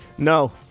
No